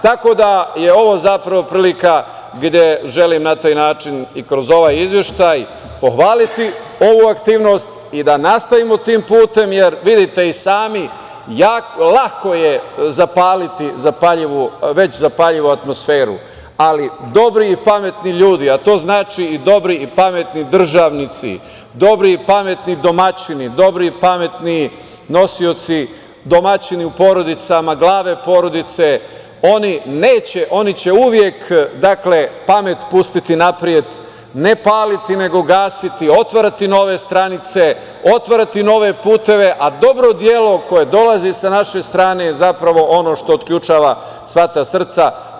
Tako da je ovo zapravo prilika gde želim na taj način i kroz ovaj izveštaj pohvaliti ovu aktivnost i da nastavimo tim putem jer vidite i sami lako je zapaliti već zapaljivu atmosferu, ali dobri i pametni ljudi, a to znači i dobri i pametni državnici, dobri i pametni domaćini, dobri i pametni nosioci, domaćini u porodicama, glave porodice, oni će uvek pamet pustiti napred, ne paliti nego gasiti, otvarati nove stranice, otvarati nove puteve, a dobro delo koje dolazi sa naše strane je zapravo ono što otključava sva ta srca.